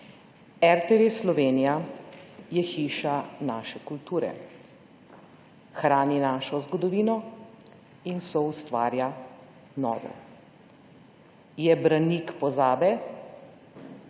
RTV Slovenija je hiša naše kulture. Hrani našo zgodovino in soustvarja novo. Je branik pozabe